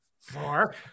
four